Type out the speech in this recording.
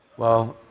well,